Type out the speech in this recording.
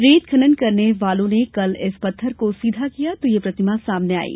रेत खनन करने वालों ने कल इस पत्थर को सीधा किया तो यह प्रतिमा सामने आयी